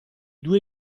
due